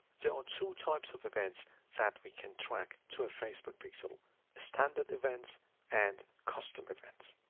there are two types of events that we can track to a facebook pixel standard events and custom events.